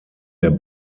der